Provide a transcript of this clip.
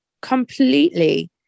Completely